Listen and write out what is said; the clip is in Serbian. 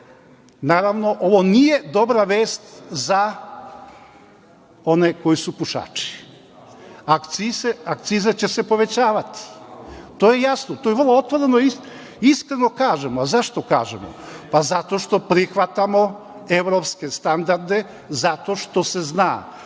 Naravno, ovo nije dobra vest za one koji su pušači. Akciza će se povećavati. To je jasno, to vrlo otvoreno i iskreno kažemo. Zašto kažemo? Pa, zato što prihvatamo evropske standarde, zato što se zna